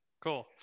Cool